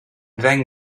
ddeng